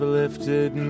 lifted